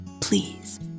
please